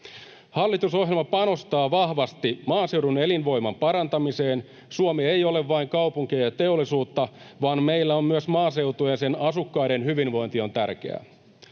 Hallitusohjelma panostaa vahvasti maaseudun elinvoiman parantamiseen. Suomi ei ole vain kaupunkia ja teollisuutta, vaan meillä on myös maaseutu, ja sen asukkaiden hyvinvointi on tärkeää.